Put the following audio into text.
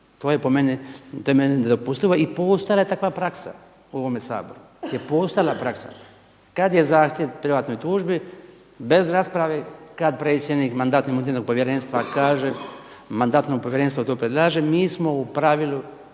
To je po meni nedopustivo, i postojala je takva praksa u ovome Saboru kad je zahtjev po privatnoj tužbi bez rasprave, kad predsjednik Mandatno-imunitetnog povjerenstva kaže Mandatno povjerenstvo to predlaže mi smo u pravilu